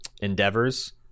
endeavors